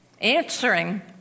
Answering